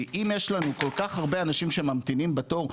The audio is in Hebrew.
כי אם יש לנו כל כך הרבה אנשים שממתינים בתור,